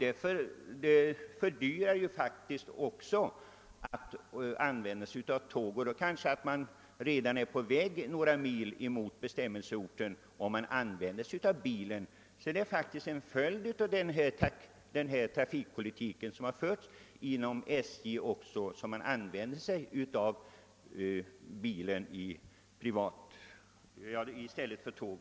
Det gör det också dyrare att använda sig av tåg. Man är kanske redan många mil på väg mot bestämmelseorten i bil på det sättet. Att man använder sig av bil i stället för tåg är alltså en följd av den trafikpolitik SJ för.